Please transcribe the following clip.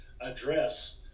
address